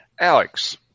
Alex